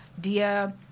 dear